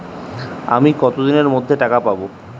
আমি কতদিনের মধ্যে টাকা পাবো?